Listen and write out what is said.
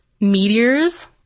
Meteors